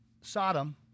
Sodom